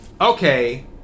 okay